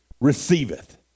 receiveth